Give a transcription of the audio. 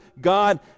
God